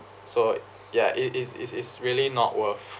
so ya it is is is really not worth